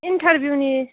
interview नि